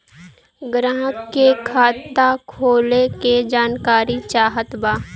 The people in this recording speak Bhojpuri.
ग्राहक के खाता खोले के जानकारी चाहत बा?